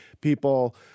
People